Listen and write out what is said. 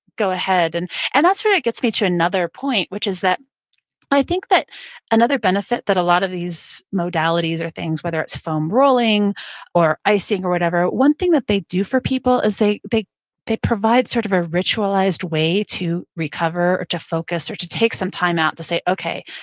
go ahead. and and that's where it gets me to another point, which is that i think that another benefit that a lot of these modalities or things, whether it's foam rolling or icing or whatever, one thing that they do for people is they they provide sort of a ritualized way to recover or to focus or to take some time out to say, okay,